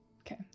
Okay